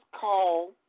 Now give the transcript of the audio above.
Call